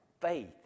faith